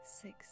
six